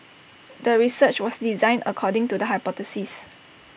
the research was designed according to the hypothesis